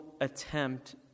attempt